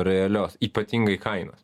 realios ypatingai kainos